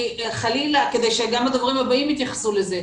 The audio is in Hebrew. כדי שגם הדוברים הבאים יתייחסו לזה,